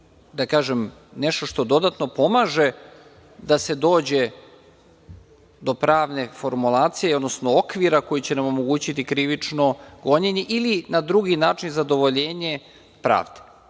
da kažem, nešto što dodatno pomaže da se dođe do pravne formulacije, odnosno okvira koji će nam omogućiti krivično gonjenje ili na drugi način zadovoljenje pravde.